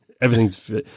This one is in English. everything's